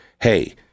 hey